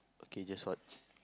okay guess what